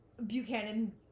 Buchanan